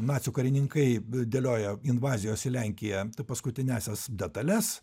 nacių karininkai dėlioja invazijos į lenkiją paskutiniąsias detales